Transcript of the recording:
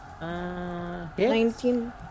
nineteen